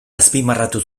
azpimarratu